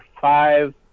five